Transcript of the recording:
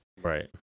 Right